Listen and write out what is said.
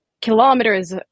kilometers